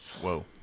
Whoa